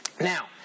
Now